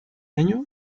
año